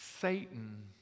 Satan